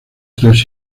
tres